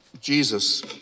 Jesus